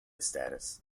status